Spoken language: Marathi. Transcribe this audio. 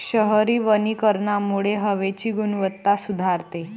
शहरी वनीकरणामुळे हवेची गुणवत्ता सुधारते